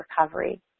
recovery